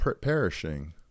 perishing